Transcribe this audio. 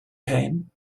pain